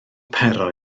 pero